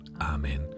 Amen